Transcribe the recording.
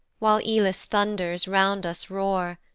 while aelus' thunders round us roar,